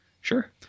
Sure